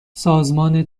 سازمان